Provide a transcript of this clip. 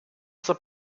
zur